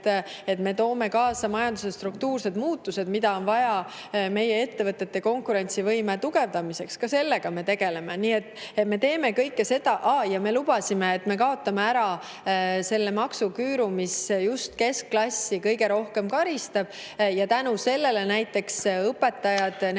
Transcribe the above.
et me toome kaasa majanduse struktuursed muutused, mida on vaja meie ettevõtete konkurentsivõime tugevdamiseks – ka sellega me tegeleme. Nii et me teeme kõike seda. Ja me lubasime, et me kaotame ära selle maksuküüru, mis just keskklassi kõige rohkem karistab, ja tänu sellele saavad näiteks õpetajad …